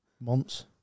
months